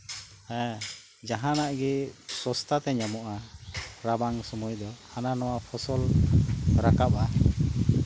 ᱦᱮᱸ ᱡᱟᱦᱟᱱᱟᱜ ᱜᱮ ᱥᱚᱥᱛᱟ ᱛᱮ ᱧᱟᱢᱚᱜᱼᱟ ᱨᱟᱵᱟᱝ ᱥᱚᱢᱚᱭ ᱫᱚ ᱦᱟᱱᱟ ᱱᱟᱣᱟ ᱠᱚ